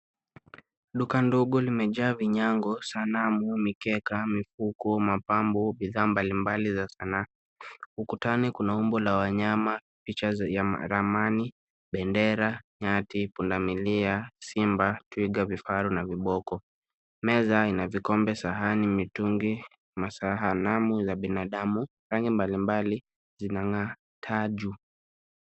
Duka ndogo limejaa vinyago, sanamu, mikeka, mikuku, mapambo, bidhaa mbalimbali za Sanaa. Ukutani kuna umbo la wanyama, picha za ramani, bendera, nyati, pundamilia, simba, twiga, vifaru na viboko. Meza ina vikombe, sahani, mitungi masanamu za binadamu, rangi mbalimbali zinang'aa taa juu.